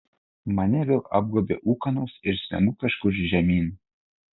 mane vėl apgaubia ūkanos ir smengu kažkur žemyn